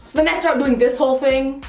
then i start doing this whole thing,